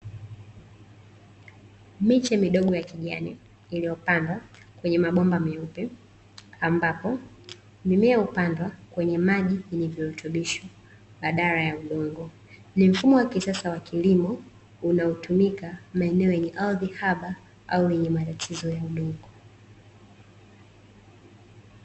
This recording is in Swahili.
Miche midogo ya kijani iliyopanda kwenye mabomba meupe ambapo mimea hupandwa kwenye maji kwenye virutubisho badala ya udongo, ni mfumo wa kisasa wa kilimo unaotumika maeneo yenye ardhi haba au yenye matatizo ya udongo.